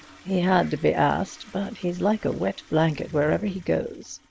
he has to be asked, but he's like a wet blanket wherever he goes.